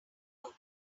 want